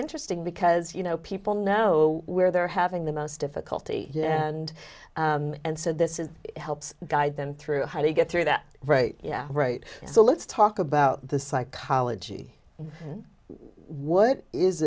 interesting because you know people know where they're having the most difficulty and and said this is it helps guide them through how to get through that right yeah right so let's talk about the psychology what is